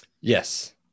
Yes